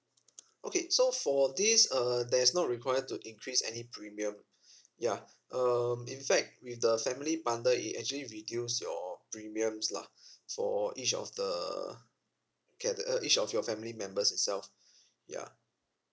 okay so for this err there's not require to increase any premium yeah um in fact with the family bundle it actually reduce your premiums lah for each of the cate~ uh each of your family members itself ya